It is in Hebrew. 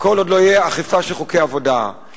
כל עוד לא תהיה אכיפה של חוקי עבודה על